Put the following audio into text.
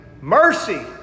mercy